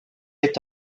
est